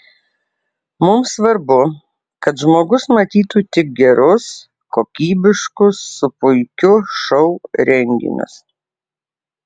mums svarbu kad žmogus matytų tik gerus kokybiškus su puikiu šou renginius